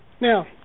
Now